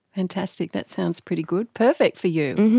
fantastic, that sounds pretty good, perfect for you.